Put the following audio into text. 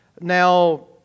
Now